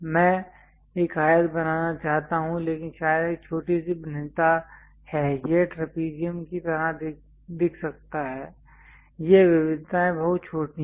मैं एक आयत बनाना चाहता हूं लेकिन शायद एक छोटी सी भिन्नता है यह ट्रैपेज़ियम की तरह दिख सकता है ये विविधताएं बहुत छोटी हैं